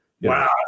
Wow